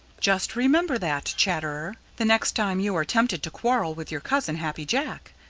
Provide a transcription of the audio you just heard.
just remember that, chatterer, the next time you are tempted to quarrel with your cousin, happy jack.